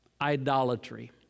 idolatry